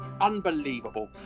Unbelievable